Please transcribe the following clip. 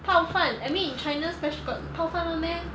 泡饭 I mean in china speci~ got 泡饭 [one] meh